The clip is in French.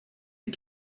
est